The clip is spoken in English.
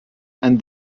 and